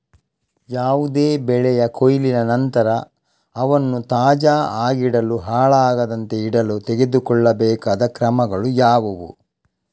ಯಾವುದೇ ಬೆಳೆಯ ಕೊಯ್ಲಿನ ನಂತರ ಅವನ್ನು ತಾಜಾ ಆಗಿಡಲು, ಹಾಳಾಗದಂತೆ ಇಡಲು ತೆಗೆದುಕೊಳ್ಳಬೇಕಾದ ಕ್ರಮಗಳು ಯಾವುವು?